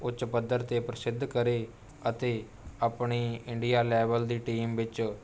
ਉੱਚ ਪੱਧਰ 'ਤੇ ਪ੍ਰਸਿੱਧ ਕਰੇ ਅਤੇ ਆਪਣੀ ਇੰਡੀਆ ਲੈਵਲ ਦੀ ਟੀਮ ਵਿੱਚ